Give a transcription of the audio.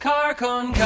Carcon